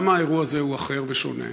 למה האירוע הזה הוא אחר ושונה?